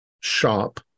shop